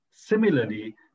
Similarly